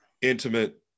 intimate